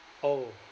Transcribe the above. oh